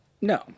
No